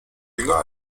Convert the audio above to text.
jünger